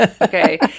okay